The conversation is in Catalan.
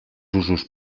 usos